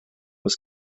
was